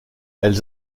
elles